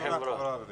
ערבית.